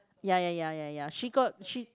ya ya ya ya ya she got she